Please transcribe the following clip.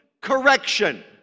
correction